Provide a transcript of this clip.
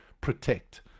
protect